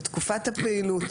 לתקופת הפעילות,